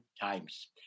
times